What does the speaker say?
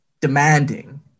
demanding